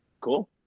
Cool